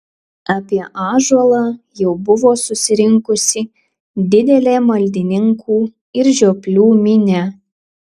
apie ąžuolą jau buvo susirinkusi didelė maldininkų ir žioplių minia